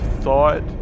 thought